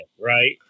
right